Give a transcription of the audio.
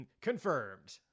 Confirmed